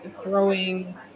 throwing